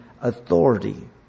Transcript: authority